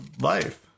life